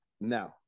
now